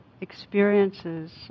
experiences